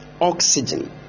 Oxygen